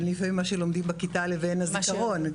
בין מה שלומדים בכיתה לבין הזיכרון,